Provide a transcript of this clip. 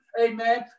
Amen